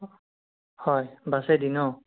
হয় বাছেদি ন'